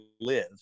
live